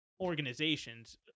organizations